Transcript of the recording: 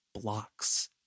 blocks